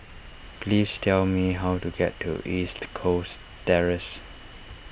please tell me how to get to East Coast Terrace